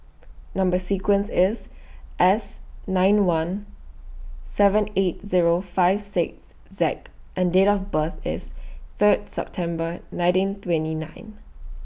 Number sequence IS S nine one seven eight Zero five six Z and Date of birth IS Third September nineteen twenty nine